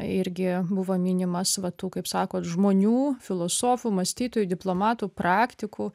irgi buvo minimas va tų kaip sakot žmonių filosofų mąstytojų diplomatų praktikų